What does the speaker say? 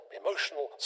emotional